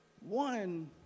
one